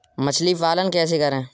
मछली पालन कैसे करें?